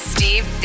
Steve